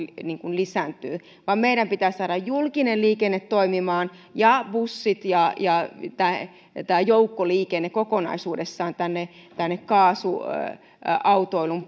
lisääntyvät vaan meidän pitäisi saada julkinen liikenne toimimaan ja bussit ja ja joukkoliikenne kokonaisuudessaan tänne tänne kaasuautoilun